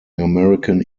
american